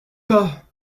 pas